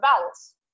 vowels